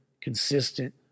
consistent